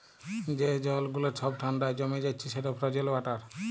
যে জল গুলা ছব ঠাল্ডায় জমে যাচ্ছে সেট ফ্রজেল ওয়াটার